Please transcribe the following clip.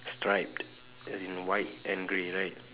striped as in white and grey right